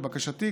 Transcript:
לבקשתי,